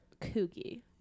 kooky